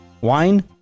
Wine